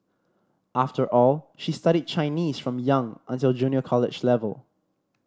after all she studied Chinese from young until junior college level